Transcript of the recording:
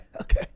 okay